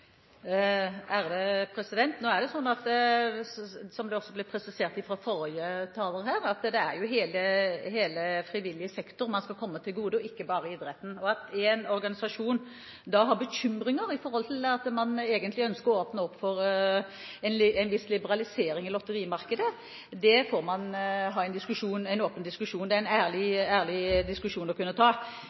Nå er det jo sånn, som det også ble presisert fra forrige taler, at det er hele frivillig sektor man skal komme til gode, ikke bare idretten. Det at en organisasjon har bekymringer knyttet til at man ønsker å åpne opp for en viss liberalisering i lotterimarkedet, får man ha en åpen diskusjon om – det er en ærlig diskusjon å kunne ta.